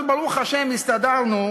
אבל ברוך השם הסתדרנו",